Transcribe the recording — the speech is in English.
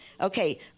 Okay